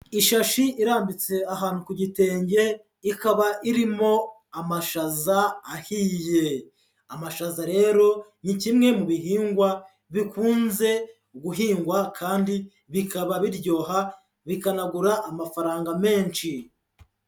Ishashi irambitse ahantu ku gitenge ikaba irimo amashaza ahiye, amashaza rero ni kimwe mu bihingwa bikunze guhingwa kandi bikaba biryoha bikanagura amafaranga menshi.